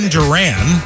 Duran